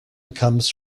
comes